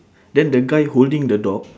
then the guy holding the dog